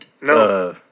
no